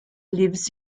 lives